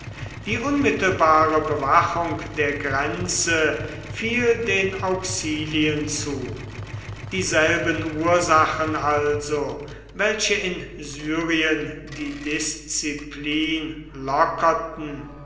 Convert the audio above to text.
die unmittelbare bewachung der grenze fiel den auxilien zu dieselben ursachen also welche in syrien die disziplin lockerten